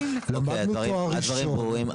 קיבלנו תואר ראשון.